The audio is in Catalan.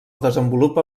desenvolupa